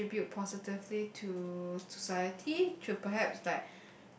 contribute positively to society to perhaps that